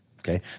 okay